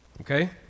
Okay